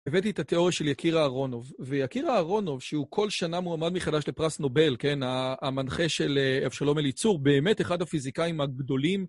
הבאתי את התיאוריה של יקיר אהרונוב, ויקיר אהרונוב, שהוא כל שנה מועמד מחדש לפרס נובל, כן, המנחה של אבשלום אליצור, באמת אחד הפיזיקאים הגדולים.